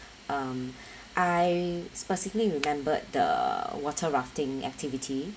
um I specifically remembered the water rafting activity